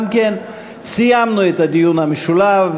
סיימנו את הדיון המשולב.